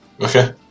Okay